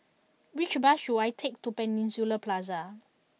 which bus should I take to Peninsula Plaza